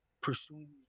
Pursuing